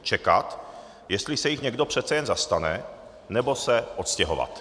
Čekat, jestli se jich někdo přece jen zastane, nebo se odstěhovat.